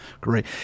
Great